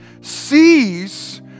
sees